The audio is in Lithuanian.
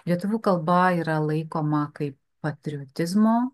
lietuvių kalba yra laikoma kaip patriotizmo